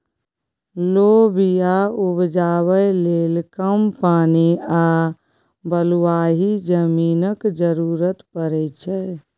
लोबिया उपजाबै लेल कम पानि आ बलुआही जमीनक जरुरत परै छै